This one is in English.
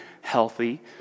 healthy